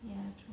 ya true